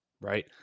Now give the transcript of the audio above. right